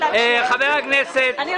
אני מתנצל.